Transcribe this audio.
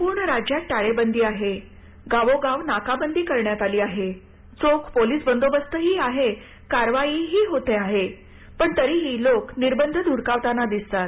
संपूर्ण राज्यात टाळेबंदी आहे गावोगाव नाकाबंदी करण्यात आली आहे चोख पोलीस बंदोबस्तही आहे कारवाईही होते आहे पण तरीही लोक निर्बंध धुडकावताना दिसतात